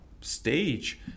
stage